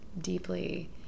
deeply